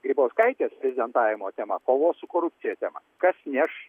grybauskaitės prezidentavimo tema kovos su korupcija tema kas neš